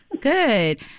Good